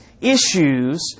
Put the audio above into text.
issues